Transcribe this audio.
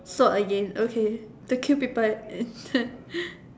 swap again to kill people